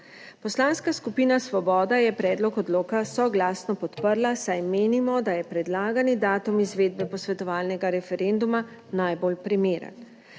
Poslanska skupina Svoboda je predlog odloka soglasno podprla, saj menimo, da je predlagani datum izvedbe posvetovalnega referenduma najbolj primeren.